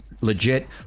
Legit